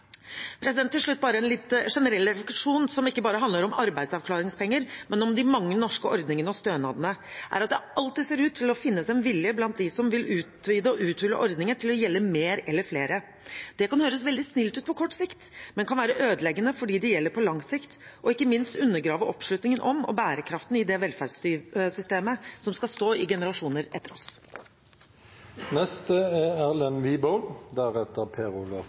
Til slutt bare en litt generell refleksjon, som ikke bare handler om arbeidsavklaringspenger, men om de mange norske ordningene og stønadene – at det alltid ser ut til å finnes en vilje blant dem som vil utvide og uthule ordninger til å gjelde mer eller flere. Det kan høres veldig snilt ut på kort sikt, men kan være ødeleggende for dem det gjelder, på lang sikt, og ikke minst undergrave oppslutningen om og bærekraften i det velferdssystemet som skal stå i generasjoner etter oss. Arbeidsavklaringspenger er